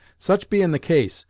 such bein' the case,